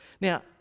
Now